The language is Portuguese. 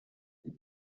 não